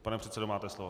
Pane předsedo, máte slovo.